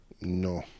No